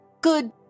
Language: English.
good